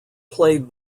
played